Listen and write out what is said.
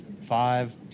five